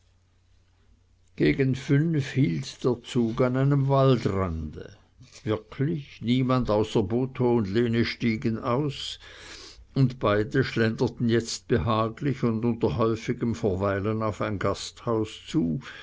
gegen fünf hielt der zug an einem waldrande wirklich niemand außer botho und lene stieg aus und beide schlenderten jetzt behaglich und unter häufigem verweilen auf ein gasthaus zu